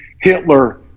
Hitler